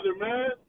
man